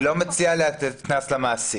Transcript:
אני לא מציע להטיל קנס על המעסיק.